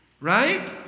Right